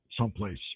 someplace